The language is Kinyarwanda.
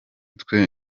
twe